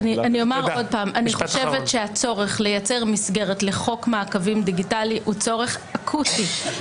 אני חושבת שהצורך לייצר מסגרת לחוק מעקבים דיגיטלי הוא צורך אקוטי.